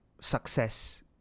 success